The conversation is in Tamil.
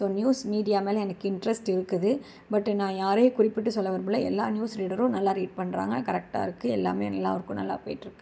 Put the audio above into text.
ஸோ நியூஸ் மீடியா மேலே எனக்கு இண்ட்ரஸ்ட் இருக்குது பட் நான் யாரையும் குறிப்பிட்டு சொல்ல விரும்பலை எல்லா நியூஸ் ரீடரும் நல்லா ரீட் பண்ணுறாங்க கரெக்டாக இருக்குது எல்லாமே நல்லாயிருக்கும் நல்லா போய்ட்டு இருக்குது